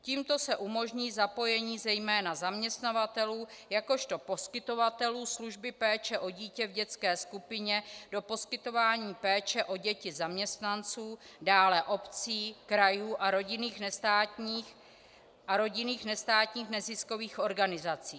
Tímto se umožní i zapojení zejména zaměstnavatelů jakožto poskytovatelů služby péče o dítě v dětské skupině do poskytování péče o děti zaměstnanců, dále obcí, krajů a rodinných, nestátních, neziskových organizací.